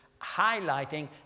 highlighting